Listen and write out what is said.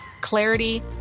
clarity